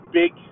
big